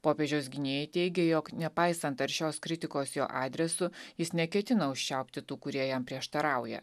popiežiaus gynėjai teigė jog nepaisant aršios kritikos jo adresu jis neketina užčiaupti tų kurie jam prieštarauja